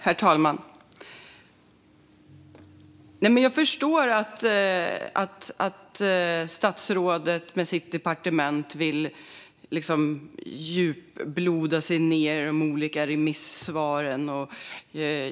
Herr talman! Jag förstår att statsrådet och hans departement vill fördjupa sig i de olika remissvaren.